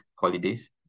holidays